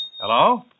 Hello